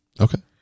Okay